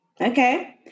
Okay